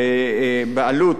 בעלות